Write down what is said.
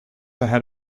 ahead